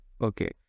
Okay